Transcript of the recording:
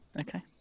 Okay